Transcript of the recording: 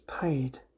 paid